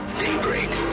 daybreak